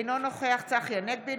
אינו נוכח צחי הנגבי,